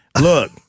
Look